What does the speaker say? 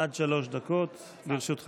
עד שלוש דקות לרשותך.